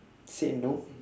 said no